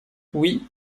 oui